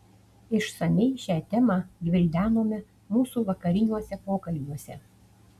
išsamiai šią temą gvildenome mūsų vakariniuose pokalbiuose